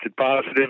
positive